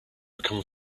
become